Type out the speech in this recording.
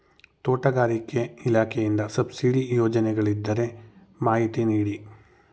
ತೋಟಗಾರಿಕೆ ಇಲಾಖೆಯಿಂದ ಸಬ್ಸಿಡಿ ಯೋಜನೆಗಳಿದ್ದರೆ ಮಾಹಿತಿ ನೀಡಿ?